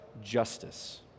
justice